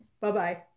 Bye-bye